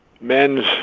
men's